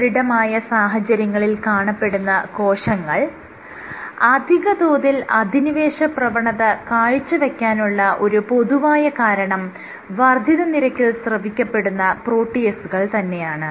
സുദൃഢമായ സാഹചര്യങ്ങളിൽ കാണപ്പെടുന്ന കോശങ്ങൾ അധിക തോതിൽ അധിനിവേശ പ്രവണത കാഴ്ചവെക്കാനുള്ള ഒരു പൊതുവായ കാരണം വർദ്ധിത നിരക്കിൽ സ്രവിക്കപ്പെടുന്ന പ്രോട്ടിയേസുകൾ തന്നെയാണ്